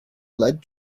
led